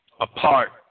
apart